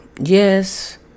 Yes